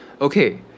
Okay